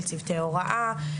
של צוותי הוראה,